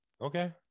Okay